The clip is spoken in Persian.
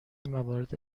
موارد